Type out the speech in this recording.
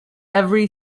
every